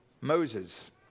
Moses